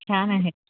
छान आहे